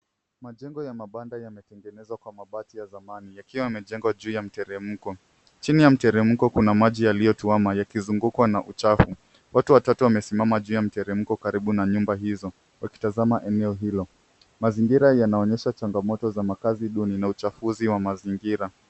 Majengo ya mabanda yametengenezwa kwa mabati ya zamani yakiwa yamejengwa juu ya mteremko. Chini ya mteremko kuna maji yaliyotuama yakizingukwa na uchafu. Watu watatu wamesimama juu ya mteremko karibu na nyumba hizo wakitazama eneo hilo. Mazingira yanaonyesha changamoto za makazi duni na uchafuzi wa mazingira.